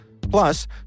Plus